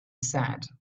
said